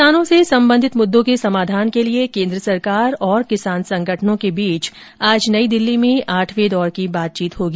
किसानों से संबंधित मुद्दों के समाधान के लिए केन्द्र सरकार और किसान संगठनों के बीच आज नई दिल्ली में आठवें दौर की बातचीत होगी